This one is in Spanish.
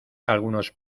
algunos